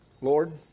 Lord